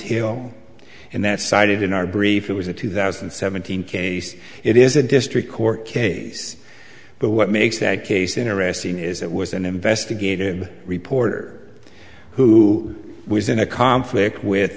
hill and that cited in our brief it was a two thousand seven hundred case it is a district court case but what makes that case interesting is it was an investigative reporter who was in a conflict with